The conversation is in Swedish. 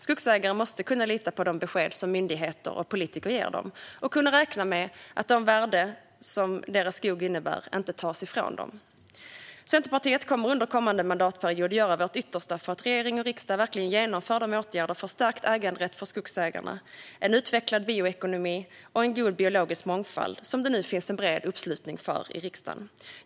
Skogsägare måste kunna lita på de besked som myndigheter och politiker ger dem och kunna räkna med att det värde deras skog utgör inte tas ifrån dem. Centerpartiet kommer under kommande mandatperiod att göra vårt yttersta för att regering och riksdag verkligen ska genomföra de åtgärder för stärkt äganderätt för skogsägarna, en utvecklad bioekonomi och en god biologisk mångfald som det nu finns en bred uppslutning för i riksdagen.